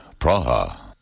Praha